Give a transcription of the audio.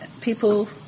People